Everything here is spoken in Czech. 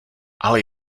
ale